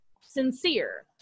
sincere